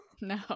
No